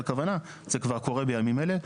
זה כבר קורה בימים אלה,